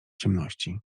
ciemności